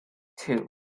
two